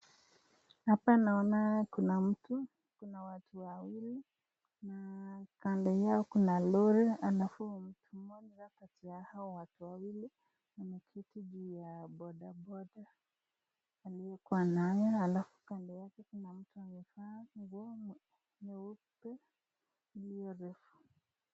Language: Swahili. Hapa naona kuna mtu, kuna watu wawili na kando yao kuna lori, alafu mtu mmoja kati ya hawa watu wawili, ameketi juu ya bodaboda aliyokuwa nayo. Alafu kando yake kuna mtu amevaa nguo nyeupe iliyo refu.